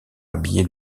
habillé